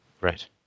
Right